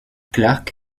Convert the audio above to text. clark